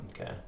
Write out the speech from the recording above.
Okay